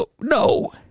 No